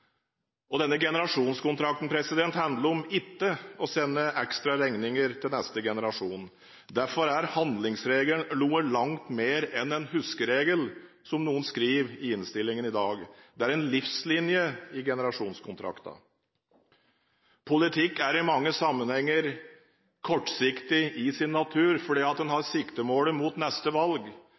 Denne generasjonskontrakten handler om ikke å sende ekstra regninger til neste generasjon. Derfor er handlingsregelen noe langt mer enn en «huskeregel», som noen skriver i innstillingen i dag. Det er en livslinje i generasjonskontrakten. Politikk er i mange sammenhenger kortsiktig i sin natur, fordi en har siktemålet mot neste valg.